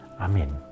Amen